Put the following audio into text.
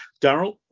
Daryl